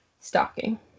stocking